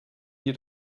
near